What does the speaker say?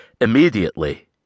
immediately